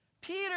Peter